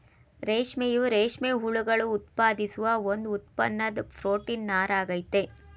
ರೇಷ್ಮೆಯು ರೇಷ್ಮೆ ಹುಳುಗಳು ಉತ್ಪಾದಿಸುವ ಒಂದು ಉತ್ತಮ್ವಾದ್ ಪ್ರೊಟೀನ್ ನಾರಾಗಯ್ತೆ